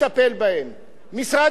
משרד האוצר מטפל בזה,